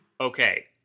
Okay